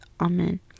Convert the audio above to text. amen